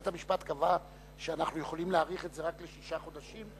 בית-המשפט קבע שאנחנו יכולים להאריך את זה רק לשישה חודשים?